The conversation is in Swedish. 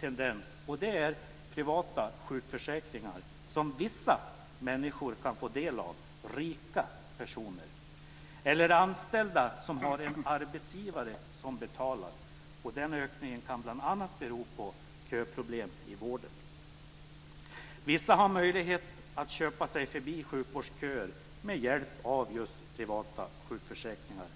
tendens - privata sjukförsäkringar som vissa människor kan få del av. Det är rika personer eller anställda som har en arbetsgivare som betalar. Den ökningen kan bl.a. bero på köproblem i vården. Vissa har möjlighet att köpa sig förbi sjukvårdsköer med hjälp av just privata sjukförsäkringar.